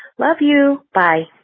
love you bye,